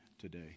today